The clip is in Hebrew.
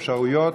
אפשרויות,